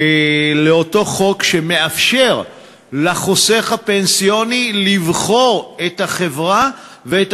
אותו חוק שמאפשר לחוסך הפנסיוני לבחור את החברה ואת